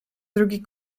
drugi